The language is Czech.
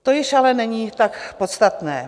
To již ale není tak podstatné.